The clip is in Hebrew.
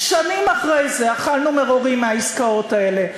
שנים אחרי זה אכלנו מרורים מהעסקאות האלה,